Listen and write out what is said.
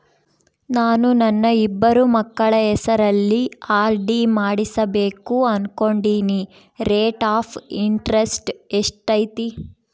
ನಾನು ನನ್ನ ಇಬ್ಬರು ಮಕ್ಕಳ ಹೆಸರಲ್ಲಿ ಆರ್.ಡಿ ಮಾಡಿಸಬೇಕು ಅನುಕೊಂಡಿನಿ ರೇಟ್ ಆಫ್ ಇಂಟರೆಸ್ಟ್ ಎಷ್ಟೈತಿ?